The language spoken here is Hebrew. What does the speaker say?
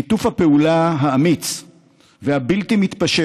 שיתוף הפעולה האמיץ והבלתי-מתפשר